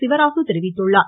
சிவராசு தெரிவித்துள்ளார்